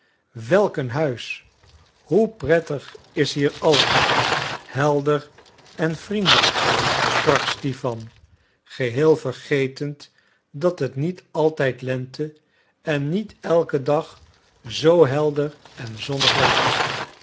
een huis hoe prettig is hier alles helder en vriendelijk sprak stipan geheel vergetend dat het niet altijd lente en niet elken dag zoo helder en zonnig was